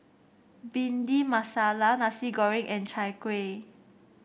Bhindi Masala Nasi Goreng and Chai Kuih